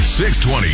620